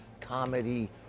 comedy